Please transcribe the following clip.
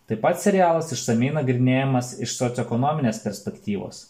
taip pat serialas išsamiai nagrinėjamas iš socioekonominės perspektyvos